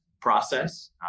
process